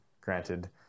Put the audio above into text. granted